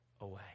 Away